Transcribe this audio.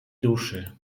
duszy